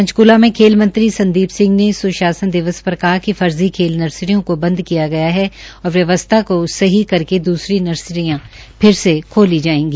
पंचक्ला में खेल मंत्री संदीप सिंह ने स्शासन दिवस पर कहा कि फर्जी खेल नर्सरियों को बंद किया गया है और व्यवस्था को सही करके दुसरी नर्सरियां फिर से खोली जायेगी